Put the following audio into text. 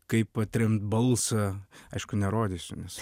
kaip atremt balsą aišku nerodysiu nes